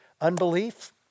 unbelief